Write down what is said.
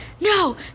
no